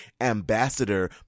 ambassador